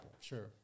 Sure